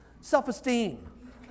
self-esteem